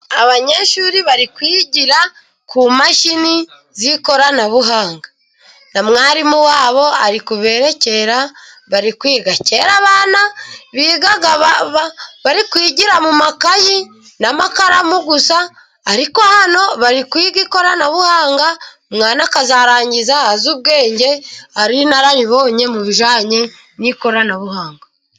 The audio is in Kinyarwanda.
Abanyeshuri bari kwigira ku mashini z'ikoranabuhanga na mwarimu wabo ari ku berekera bari kwigara. Kera bigiraga mu makayi n'amakaramu gusa ariko hano bari kwiga ikoranabuhanga, umwana akazarangiza azi ubwenge ari inararibonye mu bijyanye n'ikoranabuhanga.